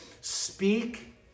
speak